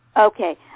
Okay